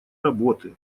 работы